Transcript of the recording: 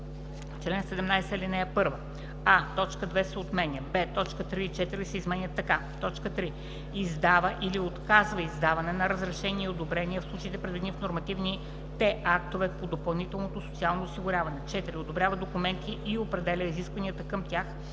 чл. 17, ал. 1: а) точка 2 се отменя; б) точки 3 и 4 се изменят така: „3. издава или отказва издаване на разрешения и одобрения в случаите, предвидени в нормативните актове по допълнително социално осигуряване; 4. одобрява документи и определя изискванията към тях